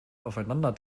aufeinander